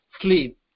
sleep